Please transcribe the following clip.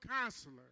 Counselor